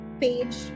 page